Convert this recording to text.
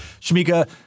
Shamika